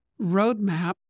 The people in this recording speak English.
roadmap